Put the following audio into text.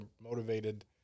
motivated